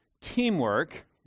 Teamwork